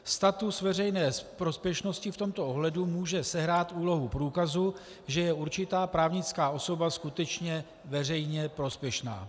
Status veřejné prospěšnosti v tomto ohledu může sehrát úlohu průkazu, že je určitá právnická osoba skutečně veřejně prospěšná.